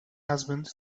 husband